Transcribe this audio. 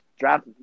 draft